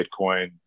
Bitcoin